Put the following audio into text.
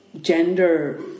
gender